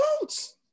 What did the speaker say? votes